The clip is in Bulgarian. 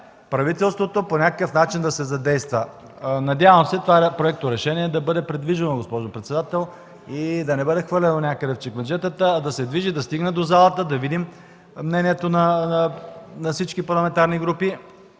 задейства по някакъв начин. Надявам се това проекторешение да бъде придвижено, госпожо председател, да не бъде хвърлено някъде в чекмеджетата, а да се движи и да стигне до залата, да видим мнението на всички парламентарни групи,